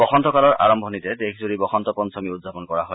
বসন্ত কালৰ আৰম্ভণিতে দেশজুৰি বসন্ত পঞ্চমী উদযাপন কৰা হয়